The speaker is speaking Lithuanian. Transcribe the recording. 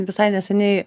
visai neseniai